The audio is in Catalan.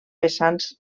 vessants